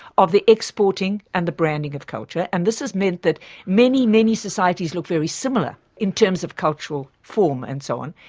of the exporting and the branding of culture, and this has meant that many, many societies look very similar in terms of cultural form and so on.